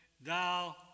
Thou